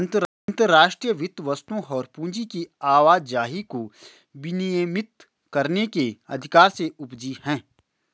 अंतर्राष्ट्रीय वित्त वस्तुओं और पूंजी की आवाजाही को विनियमित करने के अधिकार से उपजी हैं